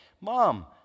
Mom